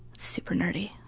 super nerdy